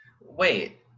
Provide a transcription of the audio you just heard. Wait